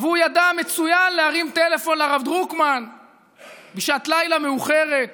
הוא ידע מצוין להרים טלפון לרב דרוקמן בשעת לילה מאוחרת